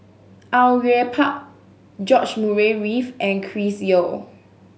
Au Yue Pak George Murray Reith and Chris Yeo